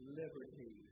liberty